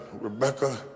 Rebecca